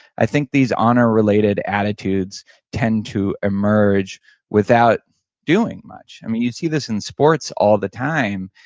i think these honor related attitudes tend to emerge without doing much um you see this in sports all the time,